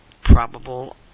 probable